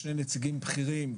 אתנו שני נציגים בכירים,